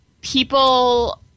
people